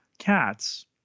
Cats